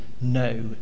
no